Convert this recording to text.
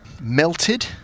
melted